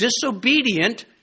disobedient